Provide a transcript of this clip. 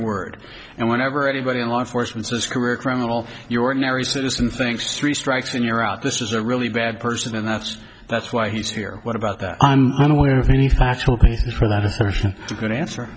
word and whenever anybody in law enforcement says career criminal your ordinary citizen thinks three strikes and you're out this is a really bad person and that's that's why he's here what about that i'm aware of any factual basis for that a